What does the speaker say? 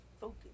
Focus